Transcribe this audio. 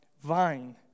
vine